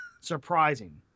surprising